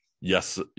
Yes